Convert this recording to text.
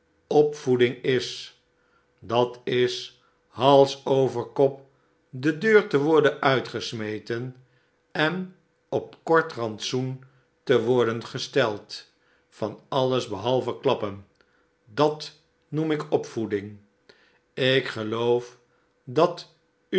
opvoeding is dat is hals over kop de deur te worden uitgesmeten en op kort rantsoen te worden gesteld van alles behalve klappen dat noem ik opvoeding ik geloof dat uw